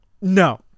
No